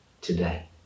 today